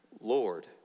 Lord